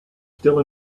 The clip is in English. still